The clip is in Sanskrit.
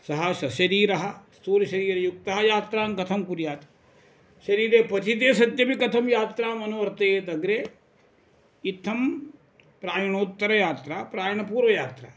सः सशरीरः स्थूलशरीरयुक्तः यात्रां कथं कुर्यात् शरीरे पतिते सत्यपि कथं यात्राम् अनुवर्तयेत् अग्रे इत्थं प्रायणोत्तरयात्रा प्रायणपूर्वयात्रा